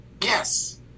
Yes